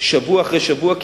שבוע אחר שבוע.